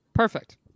Perfect